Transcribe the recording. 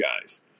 guys